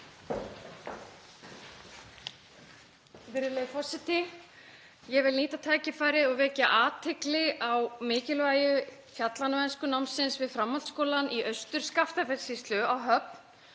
Virðulegur forseti. Ég vil nýta tækifærið og vekja athygli á mikilvægi fjallamennskunámsins við Framhaldsskólann í Austur-Skaftafellssýslu á Höfn